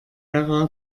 ära